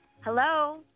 Hello